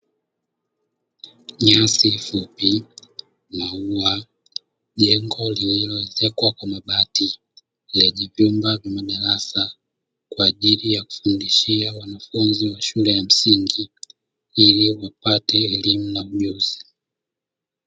Nyasi fupi, maua, jengo lililoezekwa kwa mabati lijulikanalo kama darasa kwa ajili ya kufundishia wanafunzi wa shule ya msingi ili wapate elimu na ujuzi.